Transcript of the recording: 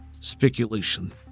speculation